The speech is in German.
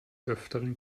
öfteren